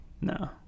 No